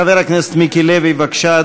חבר הכנסת מיקי לוי, בבקשה,